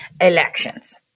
Elections